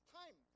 time